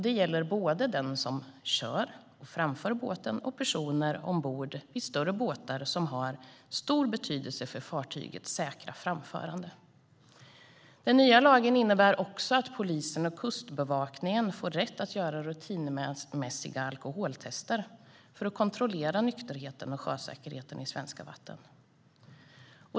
Detta gäller både den som framför båten och personer som befinner sig ombord på större båtar och har stor betydelse för fartygets säkra framförande. Den nya lagen innebär också att polisen och Kustbevakningen får rätt att göra rutinmässiga alkoholtester för att kontrollera nykterheten och sjösäkerheten i svenska vatten.